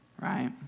right